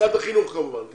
ומשרד החינוך כמובן.